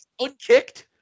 unkicked